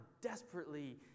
desperately